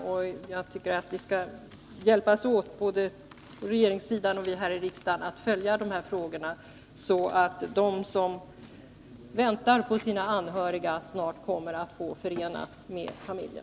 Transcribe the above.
Jag tror visst att regeringen följer dem, och jag tycker att regeringen och vi här i riksdagen skall hjälpas åt i arbetet med dem, så att de som väntar på sina anhöriga snart kommer att få förenas med sina familjer.